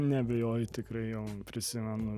neabejoju tikrai jo prisimenu